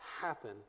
happen